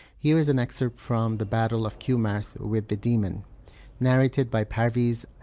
here is an excerpt from the battle of kumarth with the demon narrated by parviz